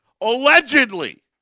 Allegedly